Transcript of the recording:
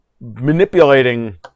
manipulating